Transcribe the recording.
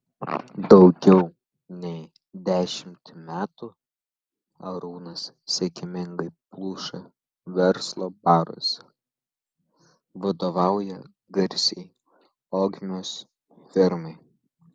daugiau nei dešimtį metų arūnas sėkmingai pluša verslo baruose vadovauja garsiai ogmios firmai